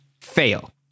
Fail